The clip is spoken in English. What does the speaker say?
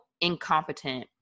incompetent